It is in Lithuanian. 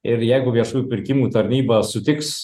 ir jeigu viešųjų pirkimų tarnyba sutiks